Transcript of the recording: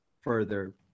further